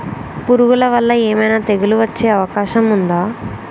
పురుగుల వల్ల ఏమైనా తెగులు వచ్చే అవకాశం ఉందా?